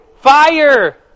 Fire